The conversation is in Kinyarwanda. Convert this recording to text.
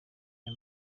iya